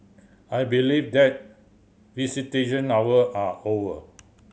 I believe that visitation hour are over